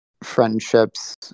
friendships